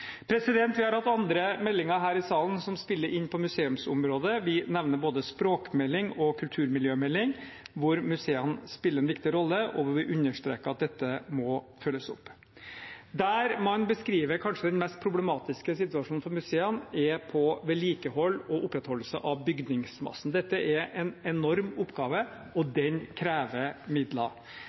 Vi har hatt andre meldinger her i salen som spiller inn på museumsområdet. Vi nevner både språkmelding og kulturmiljømelding, der museene spiller en viktig rolle, og der vi understreker at dette må følges opp. Der man beskriver den kanskje mest problematiske situasjonen for museene, er når det gjelder vedlikehold og opprettholdelse av bygningsmassen. Dette er en enorm oppgave, og den krever midler.